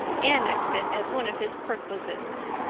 annexed it as one of his perquisites.